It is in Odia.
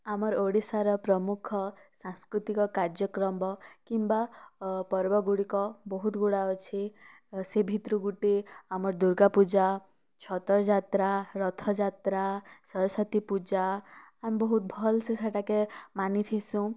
ଆମର୍ ଓଡ଼ିଶାର ପ୍ରମୁଖ ସାଂସ୍କୃତିକ କାର୍ଯ୍ୟକ୍ରମ୍ କିମ୍ବା ଅ ପର୍ବଗୁଡ଼ିକ ବହୁତ୍ ଗୁଡ଼ା ଅଛି ସେ ଭିତରୁ ଗୁଟେ ଆମର୍ ଦୁର୍ଗା ପୂଜା ଛତର୍ ଯାତ୍ରା ରଥଯାତ୍ରା ସରସ୍ୱତୀ ପୂଜା ଆମ୍ ବହୁତ୍ ଭଲ୍ସେ ସେଟାକେ ମାନିଥିସୁଁ